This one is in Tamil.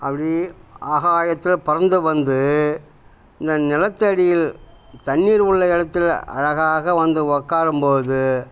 அப்படி ஆகாயத்தில் பறந்து வந்து இந்த நிலத்தடியில் தண்ணீர் உள்ள இடத்துல அழகாக வந்து உக்காரும்போது